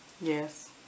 Yes